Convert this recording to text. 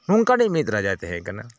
ᱱᱚᱝᱠᱟᱱᱤᱡ ᱢᱤᱫ ᱨᱟᱡᱟᱭ ᱛᱟᱦᱮᱸ ᱠᱟᱱᱟ